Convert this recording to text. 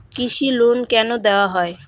কৃষি লোন কেন দেওয়া হয়?